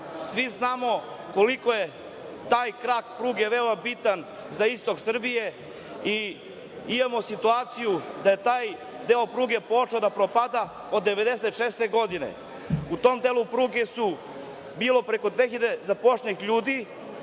Svi znao koliko je taj krag pruge veoma bitan za istok Srbije. Imamo situaciju da je taj deo pruge počeo da propada od 1996. godine. U tom delu pruge bilo je zaposleno preko